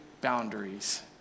boundaries